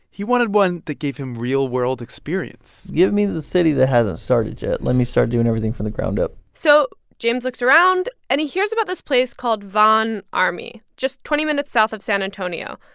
he wanted one that gave him real-world experience give me the city that hasn't started yet. let me start doing everything from the ground up so james looks around, and he hears about this place called von ormy just twenty minutes south of san antonio.